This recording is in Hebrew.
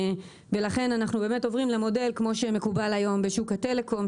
ולכן אנחנו באמת עוברים למודל כמו שמקובל היום בשוק הטלקום,